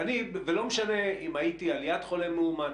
ולא משנה אם הייתי ליד חולה מאומת,